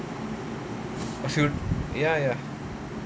if you ya ya